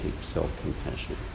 self-compassion